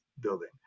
building